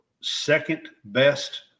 second-best